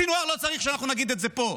סנוואר לא צריך שאנחנו נגיד את זה פה,